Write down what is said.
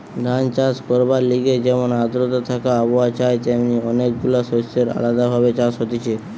ধান চাষ করবার লিগে যেমন আদ্রতা থাকা আবহাওয়া চাই তেমনি অনেক গুলা শস্যের আলদা ভাবে চাষ হতিছে